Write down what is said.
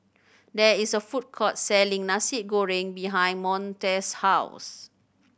there is a food court selling Nasi Goreng behind Monte's house